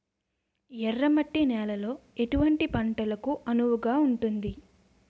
ఎర్ర మట్టి నేలలో ఎటువంటి పంటలకు అనువుగా ఉంటుంది?